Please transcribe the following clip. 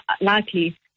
likely